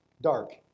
dark